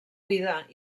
vida